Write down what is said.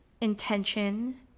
intention